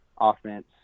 offense